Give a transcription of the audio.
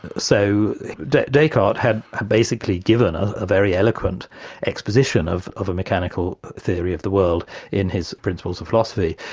so descartes had basically given a very eloquent exposition of of a mechanical theory of the world in his principles of philosophy,